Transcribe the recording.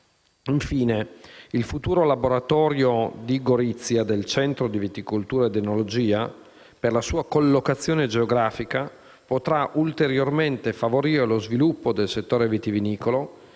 Infine, il futuro laboratorio di Gorizia del centro di viticoltura ed enologia, per la sua collocazione geografica, potrà ulteriormente favorire lo sviluppo del settore vitivinicolo